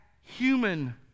human